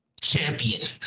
champion